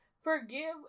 forgive